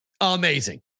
Amazing